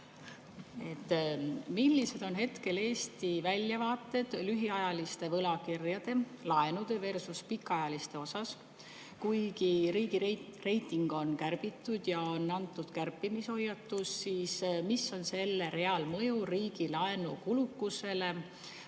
Millised on hetkel Eesti väljavaated lühiajaliste võlakirjade, laenudeversuspikaajaliste osas? Meie riigi reitingut on kärbitud ja on antud kärpimishoiatus. Milline on selle reaalne mõju riigi laenu kulukusele